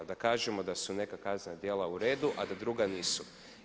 Da kažemo da su neka kaznena djela uredu a da druga nisu.